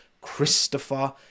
Christopher